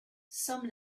some